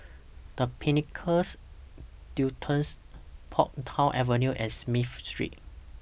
The Pinnacles Duxton Portsdown Avenue and Smith Street